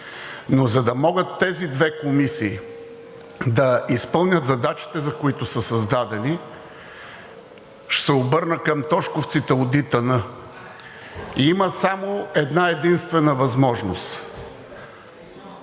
Но за да могат тези две комисии да изпълнят задачите, за които са създадени, ще се обърна към Тошковците от ИТН: има само една-единствена възможност.